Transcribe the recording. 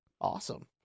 Awesome